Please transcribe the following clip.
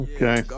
Okay